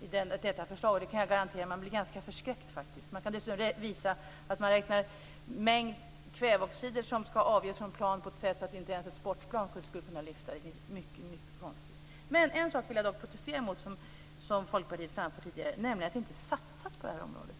i detta förslag. Det kan jag garantera. Jag blir ganska förskräckt, faktiskt. Det går dessutom att visa att man räknar ut vilken mängd kväveoxider som ska avges från plan på ett sätt som innebär att inte ens ett sportplan skulle kunna lyfta. Det finns mycket konstigt. En sak av det som Folkpartiet framförde tidigare vill jag dock protestera mot, nämligen att det inte satsas på detta område.